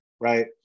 right